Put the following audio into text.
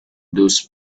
those